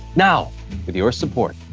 now with your support,